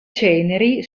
ceneri